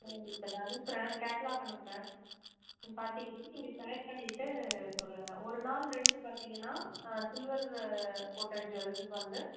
இது உங்களுக்கு நான் அனுப்புகிறேன் கேட்லாக் அனுப்புகிறேன் பார்த்திங்கன்னா நீங்கள் செலக்ட் பண்ணிவிட்டு சொல்லுங்கள் ஒரு நாள் ரெண்ட்டு பார்த்திங்கன்னா சில்வர் போட்ட ஜ்வல்ஸ்ஸுக்கு வந்து